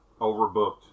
overbooked